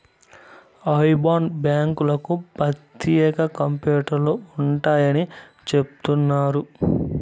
IBAN బ్యాంకులకు ప్రత్యేక కంప్యూటర్లు ఉంటాయని చెబుతున్నారు